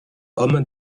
homme